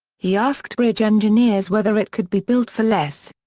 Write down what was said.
he asked bridge engineers whether it could be built for less.